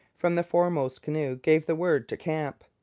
from the foremost canoe, gave the word to camp.